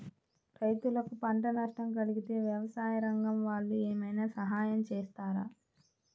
రైతులకు పంట నష్టం కలిగితే వ్యవసాయ రంగం వాళ్ళు ఏమైనా సహాయం చేస్తారా?